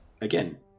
again